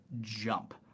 jump